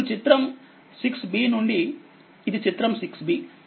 ఇప్పుడు చిత్రం 6bనుండి ఇది చిత్రం 6b